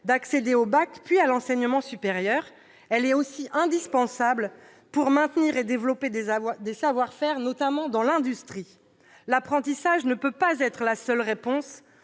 d'accéder au bac, puis à l'enseignement supérieur. Elle est également indispensable pour maintenir et développer des savoir-faire, dans l'industrie par exemple. L'apprentissage ne peut pas être la seule réponse,